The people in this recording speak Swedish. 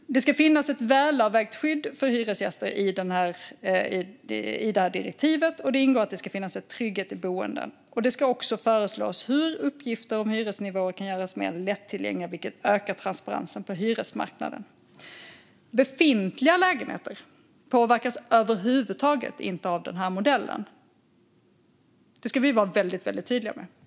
Det ska finnas ett välavvägt skydd för hyresgäster enligt direktivet, och i det ingår att det ska finnas en trygghet i boendet. Det ska också föreslås hur uppgifter om hyresnivåer kan göras mer lättillgängliga, vilket ökar transparensen på hyresmarknaden. Befintliga lägenheter påverkas över huvud taget inte av modellen. Detta ska vi vara väldigt tydliga med.